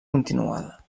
continuada